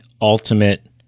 ultimate